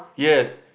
yes